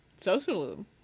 socialism